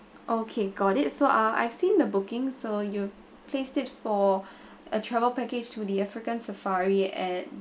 okay got it so uh I've seen the booking so you place it for a travel package to the african safari at